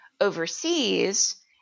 overseas